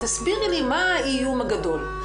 תסבירי לי מה האיום הגדול.